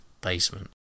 basement